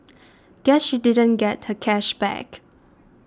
guess she didn't get her cash back